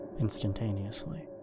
instantaneously